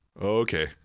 Okay